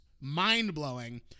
mind-blowing